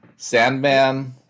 Sandman